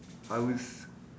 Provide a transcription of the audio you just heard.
I will s~